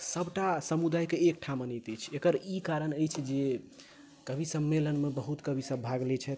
सभटा समुदायके एक ठाम होइत अछि एकर ई कारण अछि जे कवि सम्मेलनमे बहुत कविसभ भाग लैत छथि